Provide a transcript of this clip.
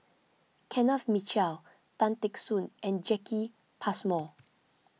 Kenneth Mitchell Tan Teck Soon and Jacki Passmore